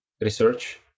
research